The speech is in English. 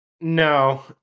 No